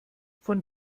von